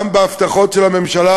גם בהבטחות של הממשלה,